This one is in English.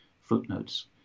footnotes